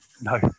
No